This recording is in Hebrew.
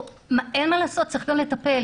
אין מה לעשות צריך גם לטפל.